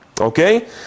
Okay